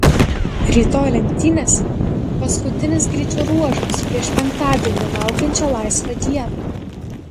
rytoj lenktynėse paskutinis greičio ruožas prieš penktadienį laukiančią laisvą dieną